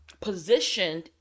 positioned